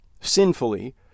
sinfully